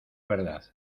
verdad